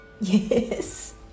Yes